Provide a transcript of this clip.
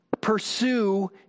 Pursue